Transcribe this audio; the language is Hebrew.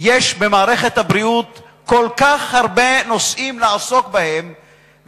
יש במערכת הבריאות כל כך הרבה נושאים לעסוק בהם,